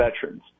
veterans